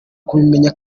kubimenya